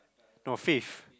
no fifth